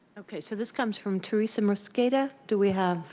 okay, so this comes from teresa mosqueda, do we have